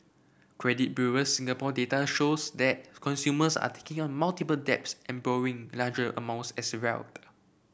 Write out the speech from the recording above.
credit Bureau Singapore data shows that consumers are taking on multiple debts and borrowing larger amounts as well